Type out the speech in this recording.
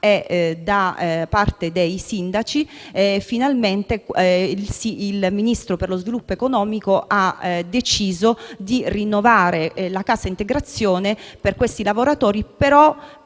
e dei sindaci, finalmente il Ministro dello sviluppo economico ha deciso di rinnovare la cassa integrazione per questi lavoratori, ma